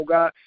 God